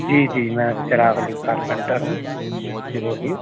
جی جی میں Chiragh Ali carpenter ہوں جی بولیے